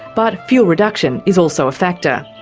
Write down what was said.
but fuel reduction is also a factor.